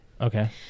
Okay